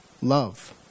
love